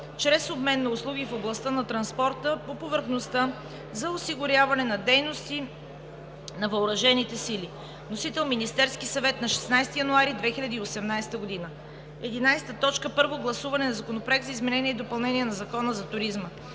чрез обмен на услуги в областта на транспорта по повърхността за осигуряване на дейности на въоръжените сили. Вносител е Министерският съвет на 16 януари 2018 г. 11. Първо гласуване на Законопроекта за изменение и допълнение на Закона за туризма.